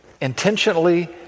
Intentionally